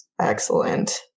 Excellent